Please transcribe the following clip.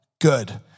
good